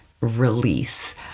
release